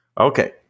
Okay